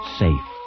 safe